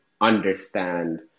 understand